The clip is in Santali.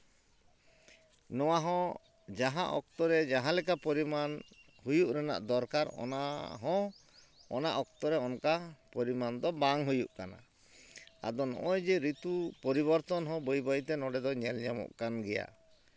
ᱱᱚᱣᱟ ᱦᱚᱸ ᱡᱟᱦᱟᱸ ᱚᱠᱛᱚ ᱨᱮ ᱡᱟᱦᱟᱸᱞᱮᱠᱟ ᱯᱚᱨᱤᱢᱟᱱ ᱦᱩᱭᱩᱜ ᱨᱮᱱᱟᱜ ᱫᱚᱨᱠᱟᱨ ᱚᱱᱟ ᱦᱚᱸ ᱚᱱᱟ ᱚᱠᱛᱚ ᱨᱮ ᱚᱱᱠᱟ ᱯᱚᱨᱤᱢᱟᱱ ᱫᱚ ᱵᱟᱝ ᱦᱩᱭᱩᱜ ᱠᱟᱱᱟ ᱟᱫᱚ ᱱᱚᱜᱼᱚᱭ ᱡᱮ ᱨᱤᱛᱩ ᱯᱚᱨᱤᱵᱚᱨᱛᱚᱱ ᱦᱚᱸ ᱵᱟᱹᱭ ᱵᱟᱹᱭ ᱛᱮ ᱱᱚᱰᱮ ᱫᱚ ᱧᱮᱞ ᱧᱟᱢᱚᱜ ᱠᱟᱱ ᱜᱮᱭᱟ